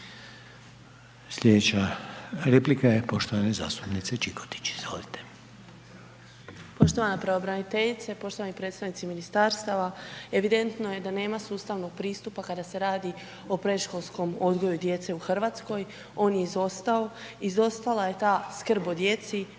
Sljedeća replika je poštovane zastupnice Čikotić, izvolite. **Čikotić, Sonja (MOST)** Poštovana pravobraniteljice, poštovani predstavnici ministarstava, evidentno je da nema sustavnog pristupa kada se radi o predškolskom odgoju djece u Hrvatskoj, on je izostao, izostala je ta skrb o djeci